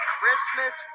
Christmas